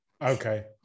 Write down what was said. Okay